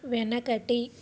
వెనకటి